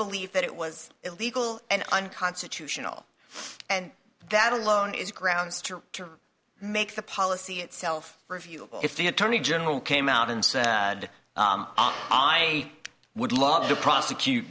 believe that it was illegal and unconstitutional and that alone is grounds to make the policy itself if the attorney general came out and said i would love to prosecute